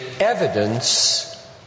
evidence